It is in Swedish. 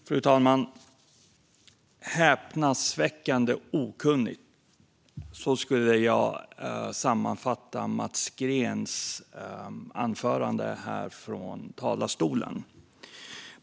Fru talman! Häpnadsväckande okunnigt. Så skulle jag sammanfatta Mats Greens anförande.